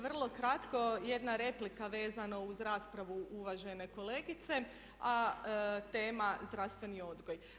Vrlo kratko jedna replika vezano uz raspravu uvažene kolegice, a tema zdravstveni odgoj.